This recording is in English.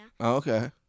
Okay